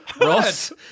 Ross